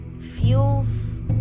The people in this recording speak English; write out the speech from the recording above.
feels